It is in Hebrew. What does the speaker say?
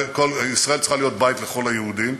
ישראל צריכה להיות בית לכל היהודים,